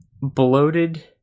Bloated